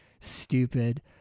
Stupid